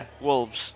Wolves